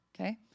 okay